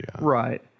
Right